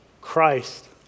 Christ